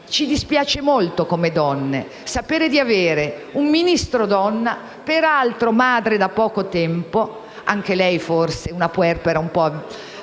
Ci dispiace molto, come donne, sapere di avere un Ministro donna, peraltro madre da poco tempo (anche lei forse una puerpera un po'